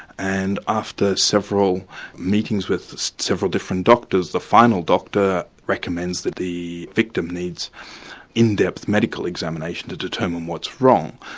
and after several meetings with several different doctors, the final doctor recommends that the victim needs in-depth medical examination, to determine what's wrong.